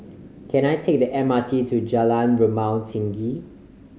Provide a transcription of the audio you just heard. can I take the M R T to Jalan Rumah Tinggi